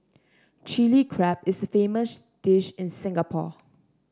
Chilli Crab is a famous dish in Singapore